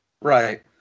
Right